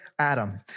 Adam